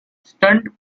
stunt